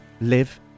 live